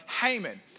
Haman